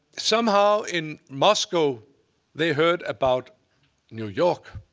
somehow in moscow they heard about new york.